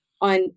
on